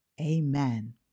Amen